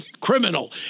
Criminal